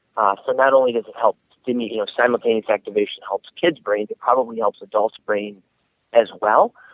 um so not only just it help me you know simultaneous activation helps kids brain and probably helps adults brain as well,